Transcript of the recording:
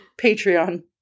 Patreon